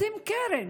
לשים קרן